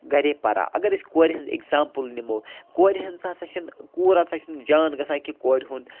گَرے پَران اَگر أسۍ کورِ ہٕنٛز ایٚکزامپٕل نِمو کورِ ہٕنٛز ہَسا چھِنہٕ کوٗر ہَسا چھِنہٕ جان گَژھان کہِ کورِ ہُند